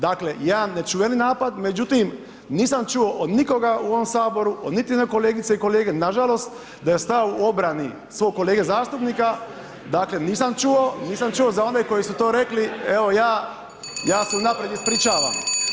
Dakle, jedan nečuveni napad, međutim nisam čuo od nikoga u ovom saboru od niti jedne kolegice i kolege nažalost da je stao u obrani svog kolege zastupnika, dakle nisam čuo, za one koji su to rekli, evo ja, ja se unaprijed ispričavam.